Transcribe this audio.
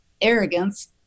arrogance